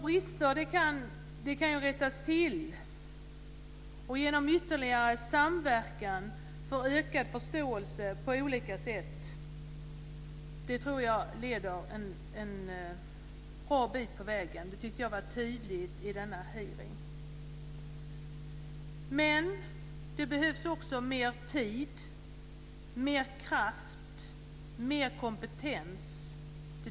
Brister kan ju rättas till. Ytterligare samverkan på olika sätt för att få en ökad förståelse tror jag leder en bra bit på vägen. Det tycker jag framkom tydligt på nämnda hearing. Det behövs också mer tid, mer kraft och mer kompetens.